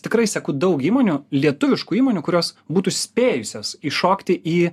tikrai seku daug įmonių lietuviškų įmonių kurios būtų spėjusios įšokti į